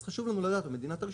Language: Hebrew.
אז חשוב לנו לדעת מה קורה.